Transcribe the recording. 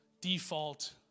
default